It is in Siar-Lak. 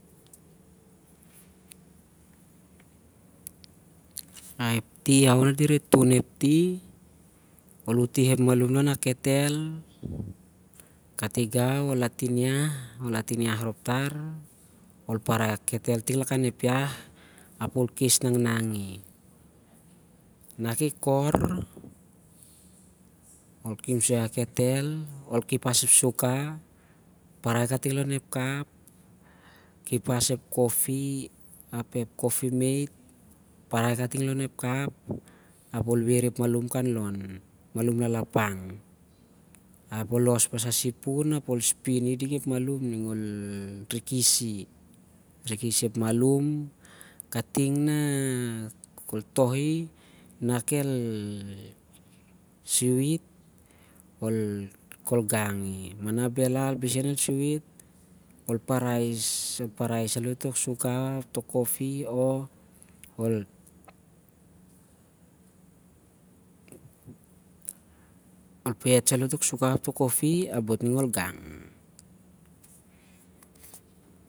Ah- ep ti, how na direh tun ep ti, ol util ep malum lon- a- ketel, katigau ol akesi lakan ep iah ap ol a tin iah rop tar ap ol paran a- ketel ting lakan ep iah ap ol kes nangnang i- nah ki kir, ol kimsoi ah ketel, ol kipas ep suka ap ol paran kating lon ep kap, khepas ep kopi ap ep kopi meit kating lon ep kap ap ol weir ep malum kanlon. Ep malum lalapang, ap ol los pas a- sipun ap ol rikis i- on ap ol gang i-